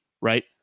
right